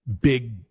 big